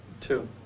two